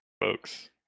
folks